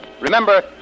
Remember